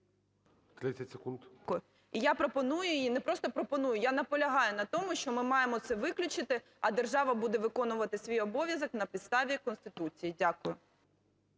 СОТНИК О.С Я пропоную її, не просто пропоную, я наполягаю на тому, що ми маємо це виключити, а держава буде виконувати свій обов'язок на підставі Конституції. Дякую.